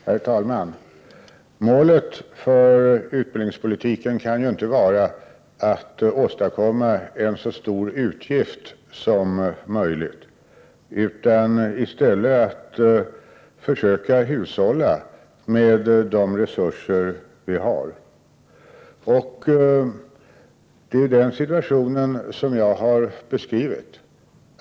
Herr talman! Målet för utbildningspolitiken kan ju inte vara åstadkomma en så stor utgift som möjligt. Det måste ju i stället vara att försöka hushålla med de resurser vi har, och det är ju den situationen som jag har beskrivit.